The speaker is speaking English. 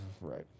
right